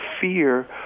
fear